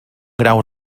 grau